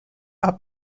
are